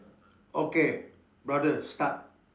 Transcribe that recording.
okay brother start